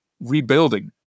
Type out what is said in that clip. rebuilding